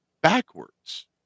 backwards